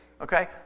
Okay